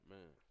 Man